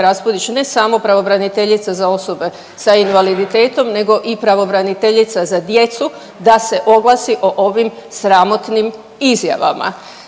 ne samo pravobraniteljica za osobe sa invaliditetom nego i pravobraniteljica za djecu da se oglasi o ovim sramotnim izjavama.